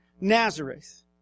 Nazareth